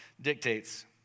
dictates